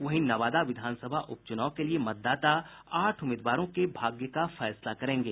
वहीं नवादा विधानसभा उप चुनाव के लिए मतदाता आठ उम्मीदवारों के भाग्य का फैसला करेंगे